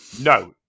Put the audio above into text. No